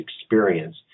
Experience